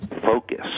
focus